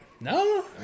No